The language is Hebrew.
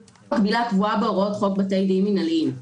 זאת הוראה קבועה בהוראות חוק בתי דין מינהליים.